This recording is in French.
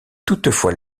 toutefois